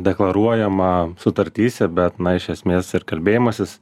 deklaruojama sutartyse bet na iš esmės ir kalbėjimasis